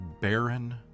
barren